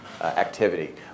activity